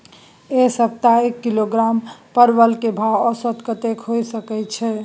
ऐ सप्ताह एक किलोग्राम परवल के भाव औसत कतेक होय सके छै?